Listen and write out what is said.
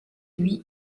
lui